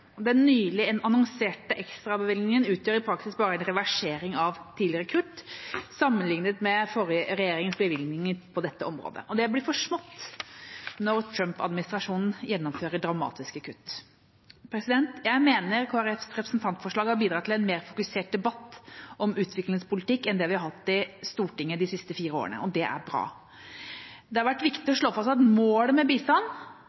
Den nylig annonserte ekstrabevilgningen utgjør i praksis bare en reversering av tidligere kutt sammenliknet med forrige regjerings bevilgninger på dette området – og det blir for smått når Trump-administrasjonen gjennomfører dramatiske kutt. Jeg mener Kristelig Folkepartis representantforslag har bidratt til en mer fokusert debatt om utviklingspolitikk enn det vi har hatt i Stortinget de siste fire årene, og det er bra. Det har vært viktig å slå fast at målet med bistand